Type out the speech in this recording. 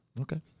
Okay